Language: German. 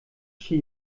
chi